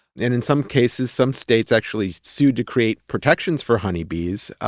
and in some cases, some states actually sued to create protections for honeybees.